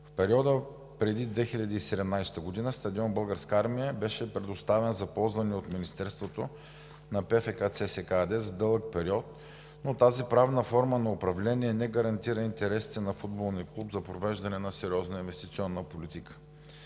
В периода преди 2017 г. стадион „Българска армия“ беше предоставен за ползване от Министерството на ПФК ЦСКА АД за дълъг период, но тази правна форма на управление не гарантира интересите на футболния клуб за провеждане на сериозна инвестиционна политика.